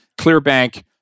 Clearbank